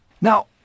Now